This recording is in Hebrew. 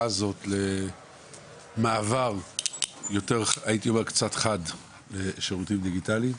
הזו למעבר יותר חד בשירותים דיגיטליים,